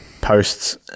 posts